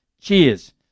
Cheers